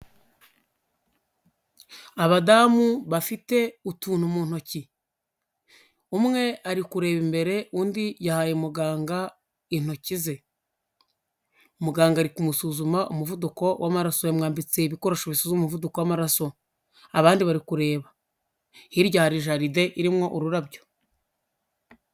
Abadamu bafite utuntu mu ntoki umwe ari kureba imbere undi yahaye muganga intoki ze, muganga ari kumusuzuma umuvuduko w'amaraso yamwambitse ibikoresho bisuzuma umuvuduko w'amaraso, abandi bari kureba hirya hari jaride irimo ururabyo.